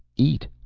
eat!